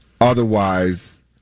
otherwise